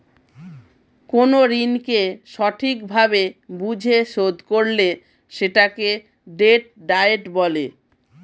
কোন ঋণকে সঠিক ভাবে বুঝে শোধ করলে সেটাকে ডেট ডায়েট বলে